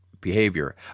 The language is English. behavior